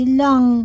long